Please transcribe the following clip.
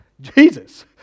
Jesus